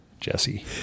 Jesse